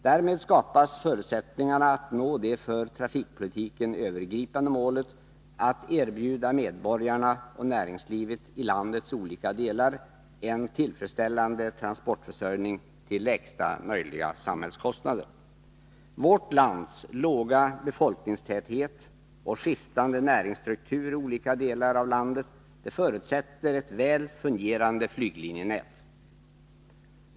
Därmed skapas förutsättningarna att nå det för trafikpolitiken övergripande målet att erbjuda medborgarna och näringslivet i landets olika delar en tillfredsställande transportförsörjning till lägsta möjliga samhällskostnader. Vårt lands låga befolkningstäthet och skiftande näringsstruktur i olika delar av landet förutsätter ett väl fungerande flyglinjenät.